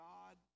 God